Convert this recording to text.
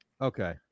Okay